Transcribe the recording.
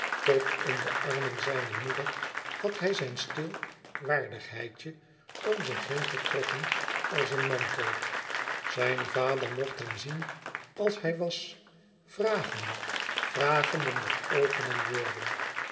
tot in de armen zijner moeder had hij zijn stil waardigheidje om zich heen getrokken als een mantel zijn vader mocht hem zien als hij was vragende vragende met oogen en woorden